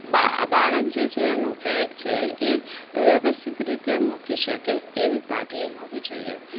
બા બાળક જે છે એનું બેગ છે એ વ્યવસ્થિત રીતે મૂકી શકે એવી પાટલી હોવી જોઈએ